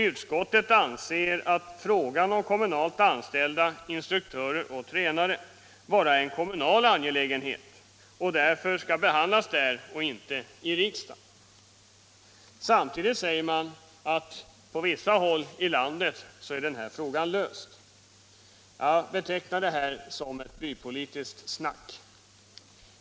Utskottet anser att frågan om kommunalt anställda instruktörer och tränare bara är en kommunal angelägenhet och därför skall behandlas i kommunen och inte i riksdagen. Samtidigt säger man att frågan är löst på vissa håll i landet. Jag betecknar detta resonemang som ett bypolitiskt snack.